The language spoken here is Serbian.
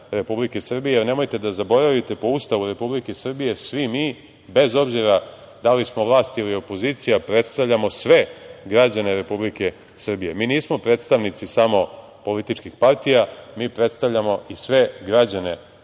Republike Srbije, a nemojte da zaboravite po Ustavu Republike Srbije svi mi, bez obzira da li smo vlast ili opozicija, predstavljamo sve građane Republike Srbije. Mi nismo predstavnici samo političkih partija, mi predstavljamo i sve građane naše